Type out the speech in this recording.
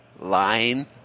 Line